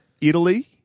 Italy